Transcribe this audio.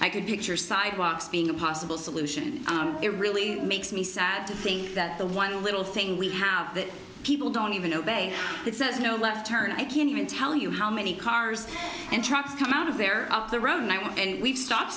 i could picture sidewalks being a possible solution it really makes me sad to think that the one little thing we have that people don't even obey that says no left turn i can't even tell you how many cars and trucks come out of there up the road network and we've stopped